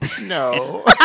No